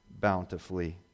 bountifully